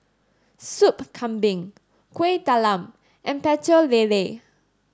Soup Kambing Kuih Talam and Pecel Lele